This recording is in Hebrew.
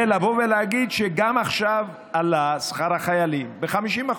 ולבוא ולהגיד שגם עכשיו עלה שכר החיילים ב-50%.